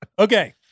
Okay